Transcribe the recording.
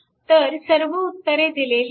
तर सर्व उत्तरे दिलेली आहेत